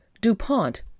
DuPont